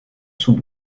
sous